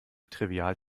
trivial